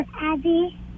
Abby